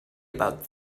about